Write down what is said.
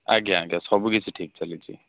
ଆଜ୍ଞା ଆଜ୍ଞା ସବୁ କିଛି ଠିକ୍ ଚାଲିଛି